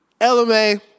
LMA